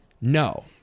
No